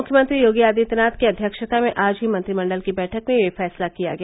मुख्यमंत्री योगी आदित्यनाथ की अध्यक्षता में आज हुई मंत्रिमंडल की बैठक में यह फैसला किया गया